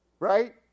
Right